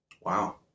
Wow